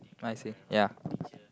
I see ya